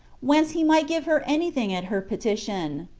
whence he might give her any thing at her petition.